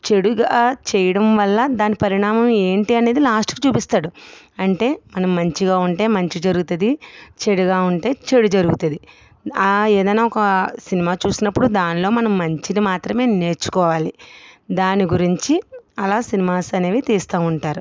చెడుగా చేయడం వల్ల దాని పరిణామం ఏంటి అనేది లాస్ట్ కు చూపిస్తాడు అంటే మనం మంచిగా ఉంటే మంచి జరుగుతుంది చెడుగా ఉంటే చెడు జరుగుతుంది ఏదైనా ఏదైనా ఒక సినిమా చూసినప్పుడు దానిలో మనం మంచిని మాత్రమే నేర్చుకోవాలి దాని గురించి అలా సినిమాస్ అనేవి తీస్తు ఉంటారు